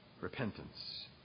repentance